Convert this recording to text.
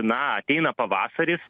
na ateina pavasaris